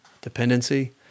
dependency